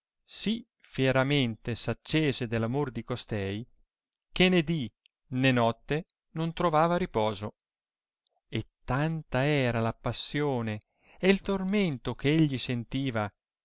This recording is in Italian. sì fieramente s accese dell amor di costei che né di né notte non trovava riposo e tanta era la passione e il tormento ch'egli sentiva